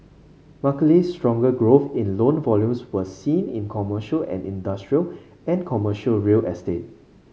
mark stronger growth in loan volumes was seen in commercial and industrial and commercial real estate